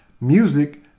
music